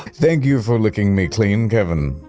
thank you for licking me clean, kevin.